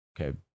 Okay